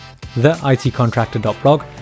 theitcontractor.blog